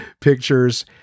pictures